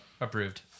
approved